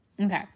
Okay